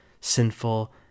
sinful